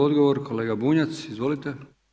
Odgovor kolega Bunjac, izvolite.